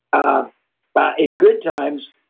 um but in good times,